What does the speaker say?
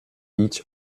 each